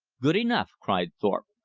good enough! cried thorpe.